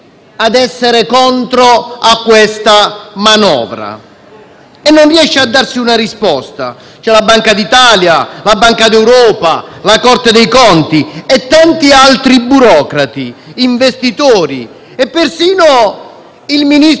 e non riesce a darsi una risposta. C'è la Banca d'Italia, la Banca centrale europea, la Corte dei conti e tanti altri burocrati, investitori e perfino il ministro Savona che ci dice, per tranquillizzarci,